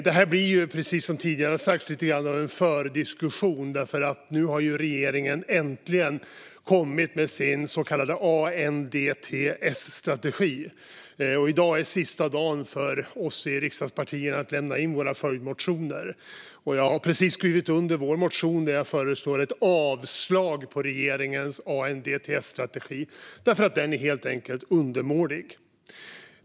Det här blir, precis som tidigare har sagts, lite grann av en fördiskussion, för nu har regeringen äntligen kommit med sin så kallade ANDTS-strategi. I dag är det sista dagen för oss i riksdagspartierna att lämna in våra följdmotioner. Jag har nyss skrivit under vår motion, där jag föreslår ett avslag på regeringens ANDTS-strategi därför att den helt enkelt är undermålig. Fru talman!